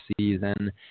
season